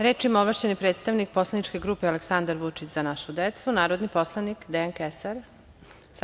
Reč ima ovlašćeni predstavnik poslaničke grupe Aleksandar Vučić – Za našu decu, narodni poslanik Dejan Kesar.